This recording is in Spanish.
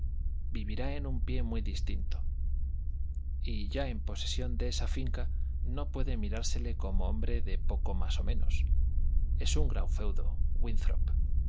vivirá en un pie muy distinto y ya en posesión de esa finca no puede mirársele como hombre de poco más o menos es un gran feudo